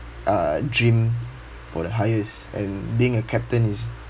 uh dream for the highest and being a captain is